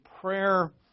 prayer